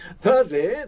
Thirdly